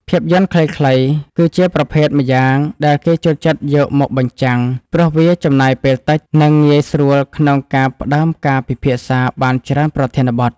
ភាពយន្តខ្លីៗ គឺជាប្រភេទម្យ៉ាងដែលគេចូលចិត្តយកមកបញ្ចាំង ព្រោះវាចំណាយពេលតិច និងងាយស្រួលក្នុងការផ្ដើមការពិភាក្សាបានច្រើនប្រធានបទ។